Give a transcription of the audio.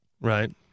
Right